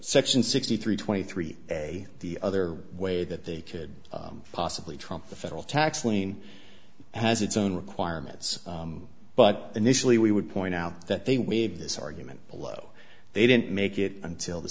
section sixty three twenty three a the other way that they could possibly trump the federal tax lien has its own requirements but initially we would point out that they waived this argument below they didn't make it until the